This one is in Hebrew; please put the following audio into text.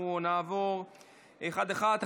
אנחנו נעבור אחד-אחד.